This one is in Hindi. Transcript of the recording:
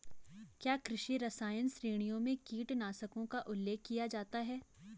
क्या कृषि रसायन श्रेणियों में कीटनाशकों का उल्लेख किया जाता है?